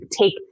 take